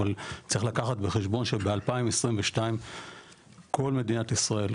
אבל צריך לקחת בחשבון שב-2022 כל מדינת ישראל,